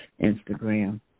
Instagram